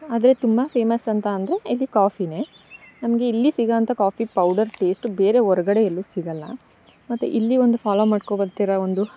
ಅದೆ ತುಂಬ ಫೇಮಸ್ ಅಂತ ಅಂದರೆ ಇಲ್ಲಿ ಕಾಫಿನೆ ನಮಗೆ ಇಲ್ಲಿ ಸಿಗೋಅಂತ ಕಾಫಿ ಪೌಡರ್ ಟೇಸ್ಟ್ ಬೇರೆ ಹೊರ್ಗಡೆ ಎಲ್ಲು ಸಿಗೋಲ್ಲ ಮತ್ತು ಇಲ್ಲಿ ಒಂದು ಫಾಲೊ ಮಾಡ್ಕೊ ಬರ್ತಿರೊ ಒಂದು